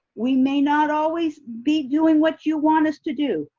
we may not always be doing what you want us to do,